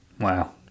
Wow